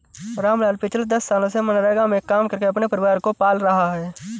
रामलाल पिछले दस सालों से मनरेगा में काम करके अपने परिवार को पाल रहा है